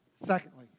Secondly